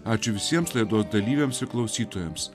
ačiū visiems laidos dalyviams klausytojams